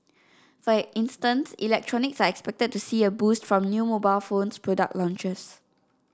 for instance electronics are expected to see a boost from new mobile phones product launches